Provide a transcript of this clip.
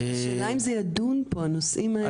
השאלה עם הם ידונו פה, הנושאים האלו?